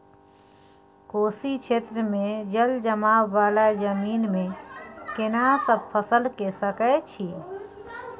कोशी क्षेत्र मे जलजमाव वाला जमीन मे केना सब फसल के सकय छी?